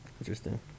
Interesting